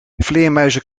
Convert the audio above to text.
vleermuizen